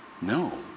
no